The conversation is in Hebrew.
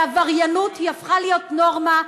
עבריינות הפכה להיות נורמה,